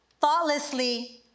thoughtlessly